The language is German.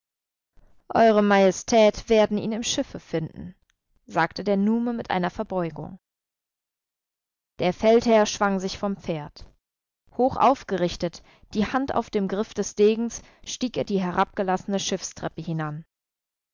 ew majestät werden ihn im schiffe finden sagte der nume mit einer verbeugung der feldherr schwang sich vom pferd hoch aufgerichtet die hand auf dem griff des degens stieg er die herabgelassene schiffstreppe hinan